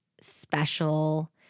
special